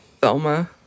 Thelma